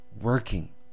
working